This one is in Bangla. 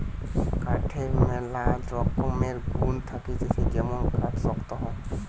কাঠের ম্যালা রকমের গুন্ থাকতিছে যেমন কাঠ শক্ত হয়